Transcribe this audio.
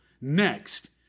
next